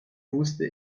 wusste